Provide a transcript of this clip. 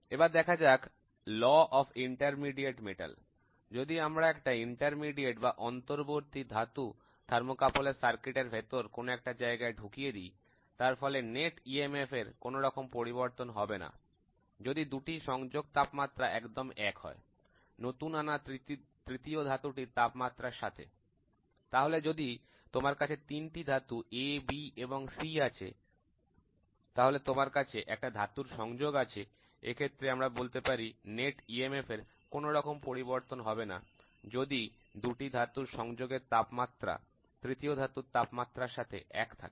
এবার দেখা যাক ল অফ ইন্টারমিডিয়েট মেটাল যদি আমরা একটা অন্তর্বর্তী ধাতু থার্মোকাপল এর সার্কিট এর ভিতর কোন একটা জায়গায় ঢুকিয়ে দেই তার ফলে নেট ইএমএফ কোনো রকম পরিবর্তন হবে না যদি দুটি সংযোগ তাপমাত্রা একদম এক হয় নতুন আনা তৃতীয় ধাতুটির তাপমাত্রার সাথে তাহলে যদি তোমার কাছে তিনটি ধাতু A B এবং C আছে তাহলে তোমার কাছে একটা ধাতুর সংযোগ আছে এক্ষেত্রে আমরা বলতে পারি নেট বৈদ্যুতিক চুম্বকীয় বল এর কোন রকম পরিবর্তন হবে না যদি দুটি ধাতুর সংযোগের তাপমাত্রা তৃতীয় ধাতুর তাপমাত্রার সাথে এক থাকে